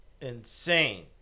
insane